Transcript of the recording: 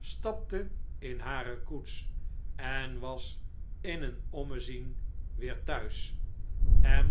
stapte in hare koets en was in een ommezien weêr t huis en